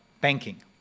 banking